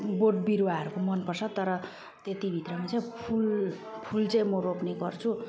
बोटबिरुवाहरूको मनपर्छ तर त्यति भित्रमा चाहिँ फुल फुल चाहिँ म रोप्नेगर्छु